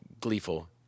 gleeful